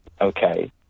okay